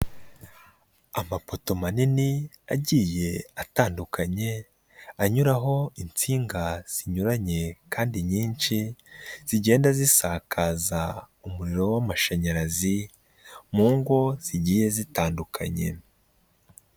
Amapoto manini agiye atandukanye, anyuraho insinga zinyuranye kandi nyinshi, zigenda zisakaza umuriro w'amashanyarazi, mu ngo zigiye zitandukanye.